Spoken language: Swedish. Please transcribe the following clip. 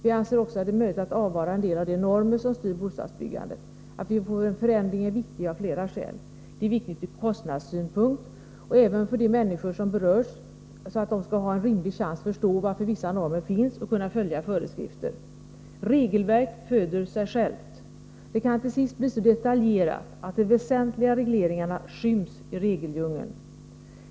Vi anser också att det är möjligt att avvara en del av de normer som styr bostadsbyggandet. Att vi får en förändring är viktigt av flera skäl. Det är viktigt dels ur kostnadssynpunkt, dels för de människor som berörs. De skall ha en rimlig chans att förstå varför vissa normer finns och att kunna följa föreskrifter. Regelverk föder sig själva. De kan till sist bli så detaljerade, att de väsentliga regleringarna skyms i regeldjungeln.